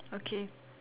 okay